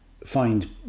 find